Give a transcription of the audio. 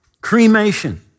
cremation